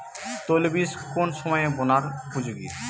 তৈলবীজ কোন সময়ে বোনার উপযোগী?